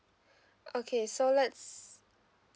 okay so let's